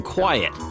quiet